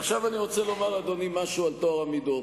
עכשיו אני רוצה לומר, אדוני, משהו על טוהר המידות.